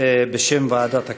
בשם ועדת הכנסת.